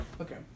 Okay